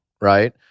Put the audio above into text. right